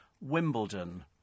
Wimbledon